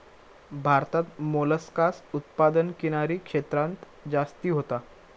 भारतात मोलस्कास उत्पादन किनारी क्षेत्रांत जास्ती होता